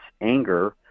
anger